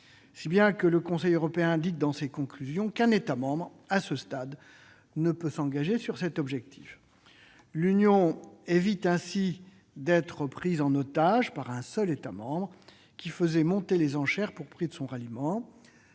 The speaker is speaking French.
si bien que le Conseil européen indique, dans ses conclusions, qu'un État membre, à ce stade, ne peut s'engager sur cet objectif. L'Union évite ainsi d'être prise en otage par un seul État membre qui faisait monter les enchères pour prix de son ralliement.